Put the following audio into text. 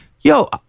yo